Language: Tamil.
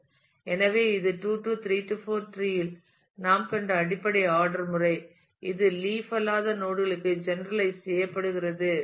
எனவே இது 2 3 4 டிரீ த்தில் நாம் கண்ட அடிப்படை ஆர்டர் முறை இதுதான் லீப் அல்லாத நோட் க்கு ஜெனரலைஸ் செய்யப்படுகிறது